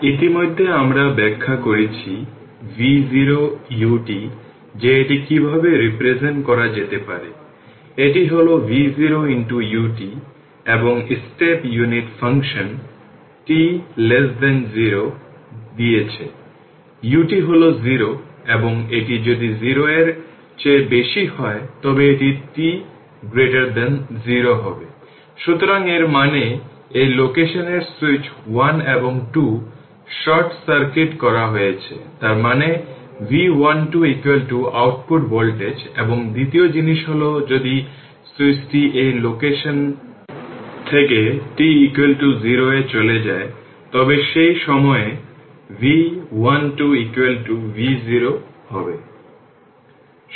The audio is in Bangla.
ফার্স্ট অর্ডার সার্কিট অবিরত ইতিমধ্যেই আমরা ব্যাখ্যা করেছি v0 ut যে এটি কীভাবে রিপ্রেজেন্ট করা যেতে পারে এটি হল v0 ut এবং স্টেপ ইউনিট ফাংশন t 0 দিয়েছে ut হল 0 এবং এটি যদি 0 এর চেয়ে বেশি হয় তবে এটি t 0 হবে সুতরাং এর মানে এই লোকেশন এর সুইচ 1 এবং 2 শর্ট সার্কিট করা হয়েছে তার মানে v12 আউটপুট ভোল্টেজ এবং দ্বিতীয় জিনিস হল যদি সুইচটি এই লোকেশন থেকে t 0 এ চলে যায় তবে সেই সময়ে v12 v0 হবে